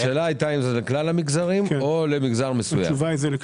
השאלה אם זה לכלל המגזרים או למגזר מסוים.